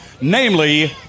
Namely